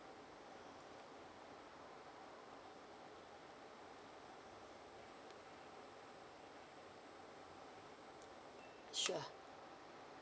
sure